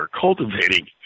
cultivating